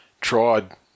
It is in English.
Tried